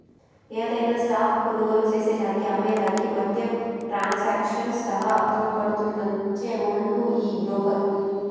యాదైన స్టాక్ కొనుగోలు చేసేదానికి అమ్మే దానికి మద్యం ట్రాన్సాక్షన్ సహా తోడ్పాటునందించే ఓల్లు ఈ బ్రోకర్లు